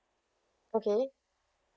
okay